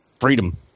freedom